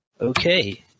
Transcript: Okay